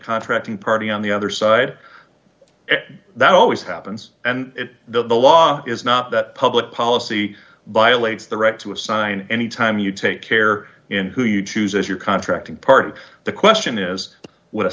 contracting party on the other side that always happens and the law is not that public policy by lakes the right to assign any time you take care in who you choose as your contracting part of the question is what a